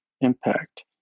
impact